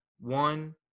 One